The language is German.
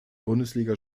bundesliga